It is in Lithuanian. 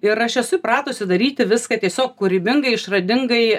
ir aš esu įpratusi daryti viską tiesiog kūrybingai išradingai